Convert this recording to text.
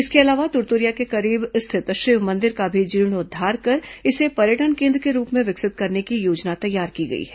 इसके अलावा तुरतुरिया के करीब स्थित शिव मंदिर का भी जीर्णोद्वार कर इसे पर्यटन केन्द्र के रूप में विकसित करने की योजना तैयार की गई है